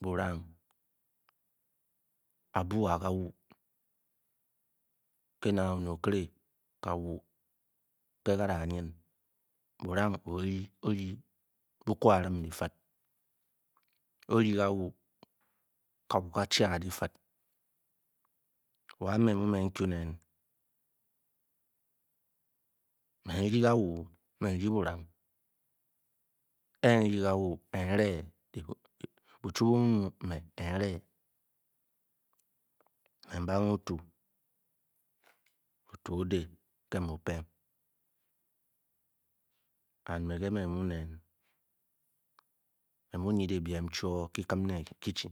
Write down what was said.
buyang a'bu a'kawo ke'na onet akere kawu ke’ ka’ daa nyu burang o-ryi õõ ryi bu ku aa buo difid o-ryi kawu kaa chee a difid wa me ke mu nen me nryi kawo, e nryi kawo nre nryi burang e nryi kawo nree bushu bu-mu-mu nre me mbangr otu otu odey ke mu-o pe me ke mu nen me'mu nydeng biem kikim kitchen